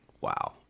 Wow